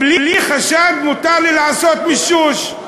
בלי חשד מותר לי לעשות מישוש.